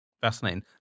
Fascinating